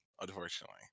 unfortunately